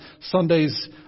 Sundays